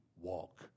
walk